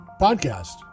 podcast